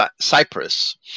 Cyprus